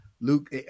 Luke